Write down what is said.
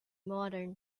modern